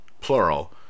plural